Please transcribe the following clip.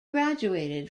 graduated